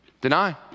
Deny